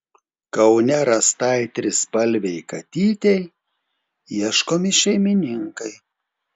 kaune rastai trispalvei katytei ieškomi šeimininkai